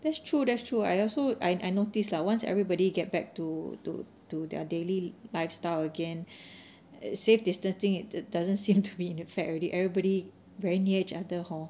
that's true that's true I also I notice lah once everybody get back to to to their daily lifestyle again safe distancing it doesn't seem to be in a fact already everybody very near each other hor